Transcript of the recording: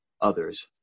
others